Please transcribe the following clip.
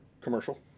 commercial